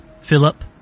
Philip